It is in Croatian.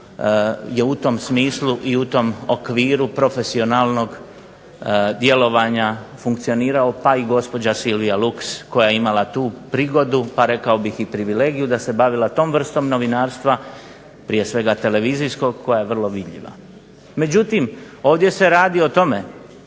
je u tom smislu i u tom okviru profesionalnog djelovanja funkcionirao pa i gospođa Silvija Luks koja je imala tu prigodu, pa rekao bih i privilegiju da se bavila tom vrstom novinarstva prije svega televizijskog koja je vrlo vidljiva. Međutim, ovdje se radi o tome